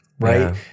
right